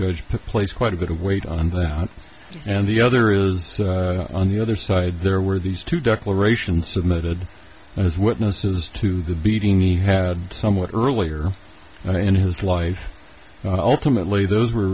judge to place quite a bit of weight on that and the other is on the other side there were these two declarations submitted as witnesses to the beating me had somewhat earlier in his life alternately those were